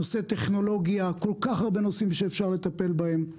נושא הטכנולוגיה כל כך הרבה נושאים שאפשר לטפל בהם.